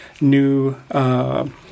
new